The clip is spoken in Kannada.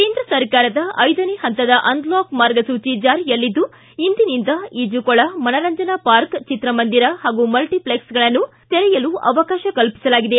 ಕೇಂದ್ರ ಸರ್ಕಾರದ ಐದನೇ ಹಂತದ ಅನ್ಲಾಕ್ ಮಾರ್ಗಸೂಚಿ ಜಾರಿಯಲ್ಲಿದ್ದು ಇಂದಿನಿಂದ ಈಜುಕೋಳ ಮನರಂಜನಾ ಪಾರ್ಕ್ ಚಿತ್ರಮಂದಿರ ಹಾಗೂ ಮಲ್ಟಿಷ್ಲೆಕ್ಸ್ಗಳನ್ನು ತೆರೆಯಲು ಅವಕಾಶ ಕಲ್ಪಿಸಲಾಗಿದೆ